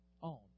on